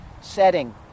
setting